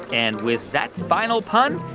and with that final pun,